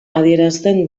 adierazten